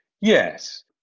Yes